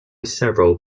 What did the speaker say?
several